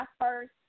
first